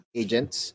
agents